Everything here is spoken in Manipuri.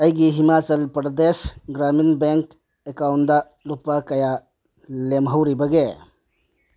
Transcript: ꯑꯩꯒꯤ ꯍꯤꯃꯥꯆꯜ ꯄ꯭ꯔꯗꯦꯁ ꯒ꯭ꯔꯥꯃꯤꯟ ꯕꯦꯡ ꯑꯦꯀꯥꯎꯟꯗ ꯂꯨꯄꯥ ꯀꯌꯥ ꯂꯦꯝꯍꯧꯔꯤꯕꯒꯦ